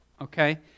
okay